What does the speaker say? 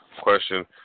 question